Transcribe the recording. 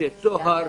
בתי סוהר.